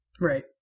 Right